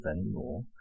anymore